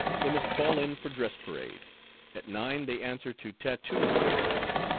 they must fall in for dress parade at nine they answer to tattoo roll-call,